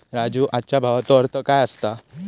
राजू, आजच्या भावाचो अर्थ काय असता?